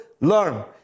learn